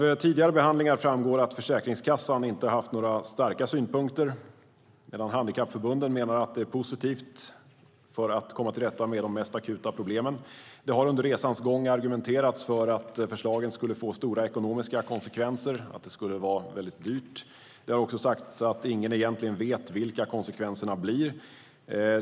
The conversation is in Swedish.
Av tidigare behandlingar framgår att Försäkringskassan inte har haft några starka synpunkter, medan handikappförbunden menar att detta är positivt för att komma till rätta med de mest akuta problemen. Det har under resans gång argumenterats för att förslaget skulle få stora ekonomiska konsekvenser, att det skulle vara väldigt dyrt. Det har också sagts att ingen egentligen vet vilka konsekvenserna blir.